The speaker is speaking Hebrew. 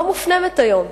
לא מופנמת היום.